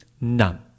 None